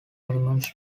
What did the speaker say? animals